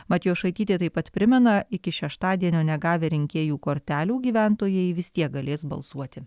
matjošaitytė taip pat primena iki šeštadienio negavę rinkėjų kortelių gyventojai vis tiek galės balsuoti